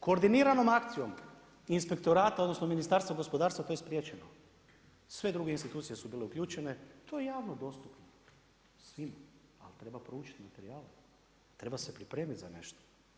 Koordiniranom akcijom inspektorata odnosno Ministarstva gospodarstva to je spriječeno, sve druge institucije su bile uključene, to je javno dostupno svim, ali treba proučiti materijale, treba se pripremiti za nešto.